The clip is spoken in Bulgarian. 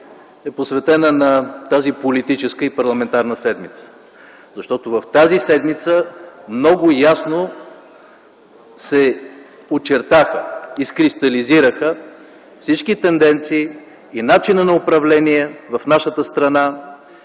е посветена на тази политическа и парламентарна седмица, защото в тази седмица много ясно се очертаха и изкристализираха всички тенденции по начина на управление в нашата страна